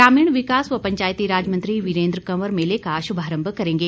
ग्रामीण विकास व पंचायती राज मंत्री वीरेंद्र कंवर मेले का शुभारंभ करेंगे